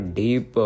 deep